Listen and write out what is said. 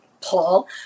Paul